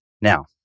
Now